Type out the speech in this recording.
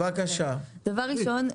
דבר ראשון,